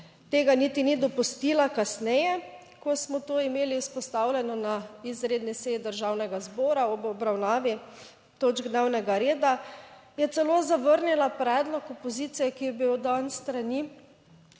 tega niti ni dopustila. Kasneje, ko smo to imeli izpostavljeno na izredni seji Državnega zbora ob obravnavi točk dnevnega reda, je celo zavrnila predlog opozicije, ki je bil dan s strani